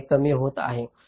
02 मध्ये कमी होत आहे